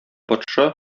патша